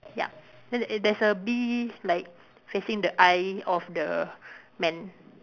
ya then a there's a bee like facing the eye of the man